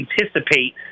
anticipate